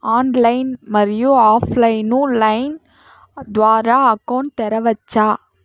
Online, మరియు offline line ద్వారా account తెరవచ్చా?